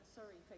sorry